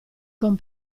con